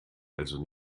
also